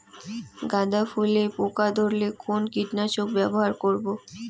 গাদা ফুলে পোকা ধরলে কোন কীটনাশক ব্যবহার করব?